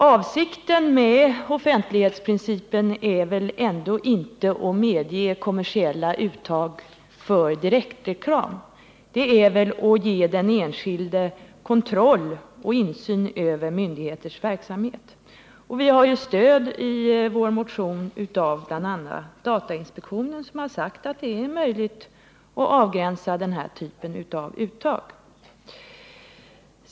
Avsikten med offentlighetsprincipen är väl inte att medge kommersiella uttag för direktreklam, utan avsikten är väl att ge den enskilde kontroll över och insyn i myndigheters verksamhet. Vi har stöd i vår motion av bl.a. datainspektionen, som har sagt att det är möjligt att avgränsa denna typ av uttag.